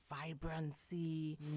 vibrancy